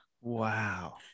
Wow